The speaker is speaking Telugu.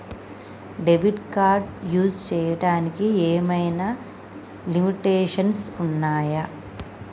డెబిట్ కార్డ్ యూస్ చేయడానికి ఏమైనా లిమిటేషన్స్ ఉన్నాయా?